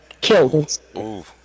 killed